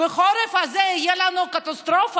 בחורף הזה תהיה לנו קטסטרופה.